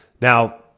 Now